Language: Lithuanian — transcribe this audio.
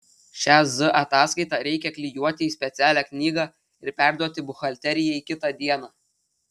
šią z ataskaitą reikia klijuoti į specialią knygą ir perduoti buhalterijai kitą dieną